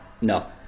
No